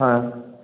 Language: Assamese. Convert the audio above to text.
হয়